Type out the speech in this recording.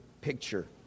picture